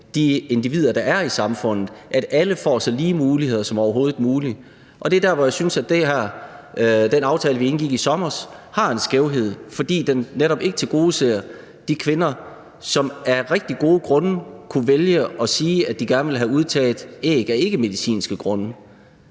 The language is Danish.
de individer, der er i samfundet, og at alle får så lige muligheder som overhovedet muligt. Det er der, hvor jeg synes, at den aftale, vi indgik i sommer, har en skævhed, fordi den netop ikke tilgodeser de kvinder, som af nogle rigtig gode ikkemedicinske grunde kunne vælge at sige, at de gerne ville have udtaget æg. Så det er